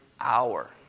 hour